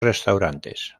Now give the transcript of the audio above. restaurantes